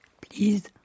Please